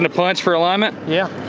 and punch for alignment? yeah.